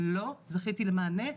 לא זכיתי למענה,